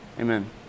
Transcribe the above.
Amen